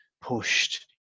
pushed